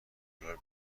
دلار